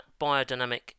biodynamic